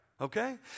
Okay